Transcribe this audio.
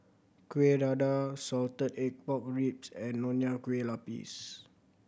Kuih Dadar salted egg pork ribs and Nonya Kueh Lapis